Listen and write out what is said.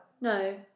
No